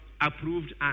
approved